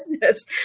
business